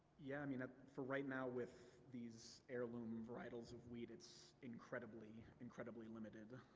yeah i mean ah for right now with these heirloom varietals of wheat it's incredibly incredibly limited.